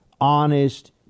honest